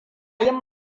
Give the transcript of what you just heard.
yin